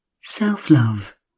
self-love